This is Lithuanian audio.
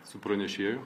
su pranešėju